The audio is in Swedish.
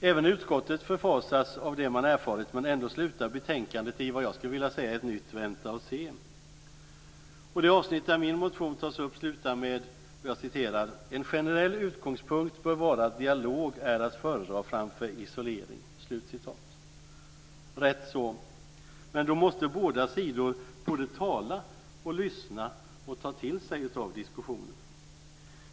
Även utskottet förfasas av det som man erfarit, men ändå slutar betänkandet i vad jag skulle vi säga är ett nytt vänta och se. Det avsnitt där min motion tas upp slutar med: "En generell utgångspunkt bör vara att dialog är att föredra framför isolering." Rätt så. Men då måste båda sidor tala, lyssna och ta till sig av diskussionen.